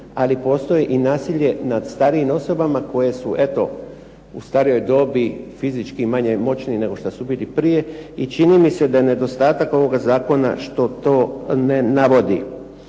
ali postoji nasilje nad starijim osobama koji su u starijoj dobi fizički manje moćni nego što su prije bili, i čini mi se da je nedostatak ovoga Zakona što to ne navodi.